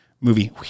movie